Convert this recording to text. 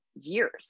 years